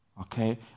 okay